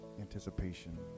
anticipation